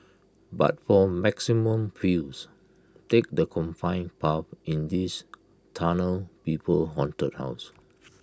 but for maximum feels take the confined path in this tunnel people Haunted house